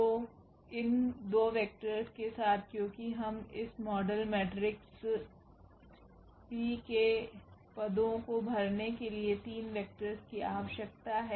तो इन 2 वेक्टरस के साथ क्योंकि हमें इस मॉडल मेट्रिक्स P के पदों को भरने के लिए 3 वेक्टरस की आवश्यकता है